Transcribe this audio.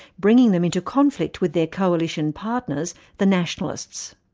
bringing them into conflict with their coalition partners, the nationalists.